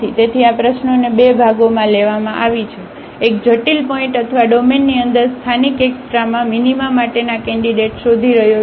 તેથી આ પ્રશ્નોને બે ભાગોમાં લેવામાં આવી છે એક જટિલ પોઇન્ટ અથવા ડોમેનની અંદર સ્થાનિક એક્સ્ટ્રામા મિનિમા માટેના કેન્ડિડેટ શોધી રહ્યો છે